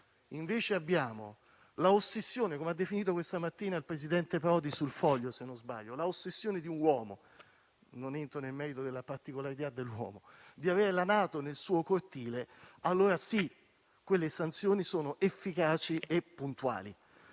si tratta dell'ossessione - come l'ha definita questa mattina il presidente Prodi sul Foglio, se non sbaglio - di un uomo - e nel merito della particolarità dell'uomo - di avere la NATO nel suo cortile, allora, sì, quelle sanzioni sono efficaci e puntuali.